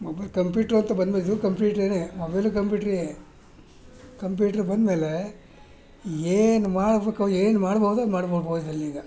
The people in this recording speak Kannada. ಮೊಬೈಲ್ ಕಂಪ್ಯೂಟರಂತೂ ಬಂದಮೇಲು ಕಂಪ್ಯೂಟ್ರೇನೇ ಮೊಬೈಲು ಕಂಪ್ಯೂಟ್ರೇ ಕಂಪ್ಯೂಟ್ರ್ ಬಂದ್ಮೇಲೆ ಏನು ಮಾಡಬೇಕೋ ಏನು ಮಾಡ್ಬೋದೋ ಅದು ಮಾಡ್ಬೋದು ಅದರಲ್ಲೀಗ